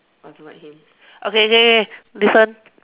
I don't like him okay okay okay listen